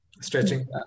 Stretching